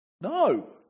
No